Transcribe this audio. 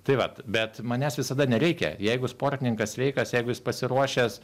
tai vat bet manęs visada nereikia jeigu sportininkas sveikas jeigu jis pasiruošęs